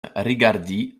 rigardi